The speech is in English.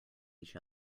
each